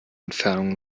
entfernung